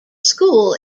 school